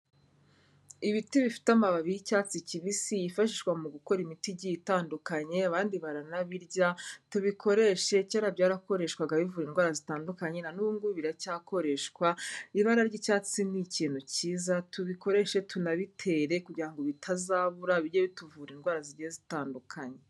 Ibiti bifite amababi y'icyatsi kibisi yifashishwa mu gukora imiti igiye itandukanye abandi baranabirya, tubikoreshe kera byarakoreshwaga bivura indwara zitandukanye na n'ubu ngubu biracyakoreshwa, ibara ry'icyatsi ni ikintu kiza, tubikoreshe tunabitere kugira ngo bitazabura bijye bituvura indwara zigiye zitandukanye.